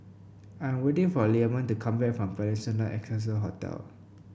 I'm waiting for Leamon to come back from Peninsula Excelsior Hotel